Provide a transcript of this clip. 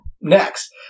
next